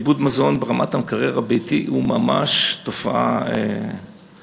איבוד מזון ברמת המקרר הביתי הוא ממש תופעה קשה,